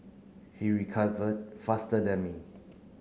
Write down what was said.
he recovered faster than me